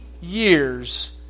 years